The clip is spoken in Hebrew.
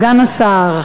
סגן השר,